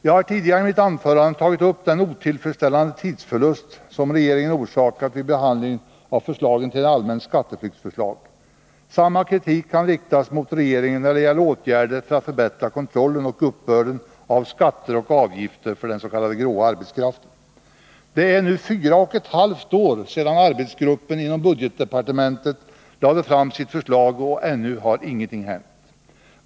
Jag har tidigare i mitt anförande tagit upp den otillfredsställande tidsförlust som regeringen orsakat vid behandlingen av förslagen till ett allmänt skatteflyktsförslag. Samma kritik kan riktas mot regeringen när det gäller åtgärder för att förbättra kontrollen och uppbörden av skatter och avgifter för den grå arbetskraften. Det är nu fyra och ett halvt år sedan arbetsgruppen inom budgetdepartementet lade fram sitt förslag, och ännu har ingenting hänt.